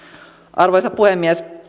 arvoisa puhemies